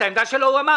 את העמדה שלו הוא אמר.